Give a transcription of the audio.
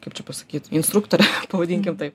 kaip čia pasakyt instruktorę pavadinkim taip